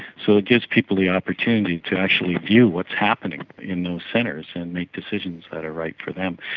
so it gives people the opportunity to actually view what's happening in those centres and make decisions that are right for them.